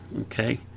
okay